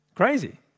crazy